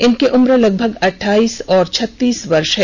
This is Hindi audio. इनकी उम्र लगभग अठाइस और छत्तीस वर्ष है